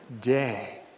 day